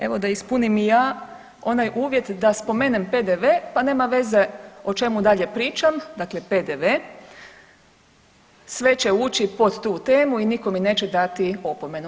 Evo da ispunim i ja onaj uvjet da spomenem PDV, pa nema veze o čemu dalje pričam, dakle PDV, sve će ući pod tu temu i nitko mi neće dati opomenu.